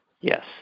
Yes